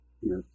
Yes